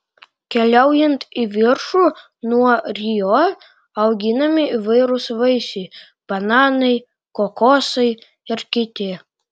keliaujant į viršų nuo rio auginami įvairūs vaisiai bananai kokosai ir kiti